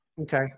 Okay